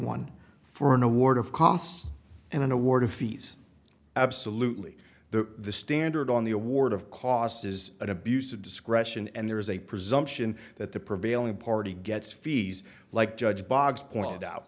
one for an award of costs and an award of fees absolutely the standard on the award of costs is an abuse of discretion and there is a presumption that the prevailing party gets fees like judge bob's pointed out